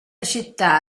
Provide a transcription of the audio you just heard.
città